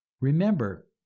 Remember